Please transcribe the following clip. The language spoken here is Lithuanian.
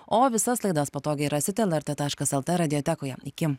o visas laidas patogiai rasite lrt taškas lt radiotekoje iki